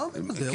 לא ממדר אתכם.